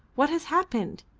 what has happened?